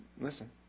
Listen